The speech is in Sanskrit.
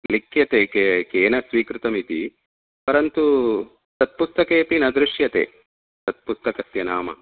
लिख्यते केन स्वीकृतमिति परन्तु तत्पुस्तकेऽपि न दृश्यते तत्पुस्तकस्य नाम